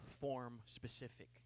form-specific